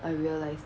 I realise